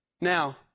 Now